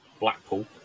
Blackpool